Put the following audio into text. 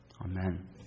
Amen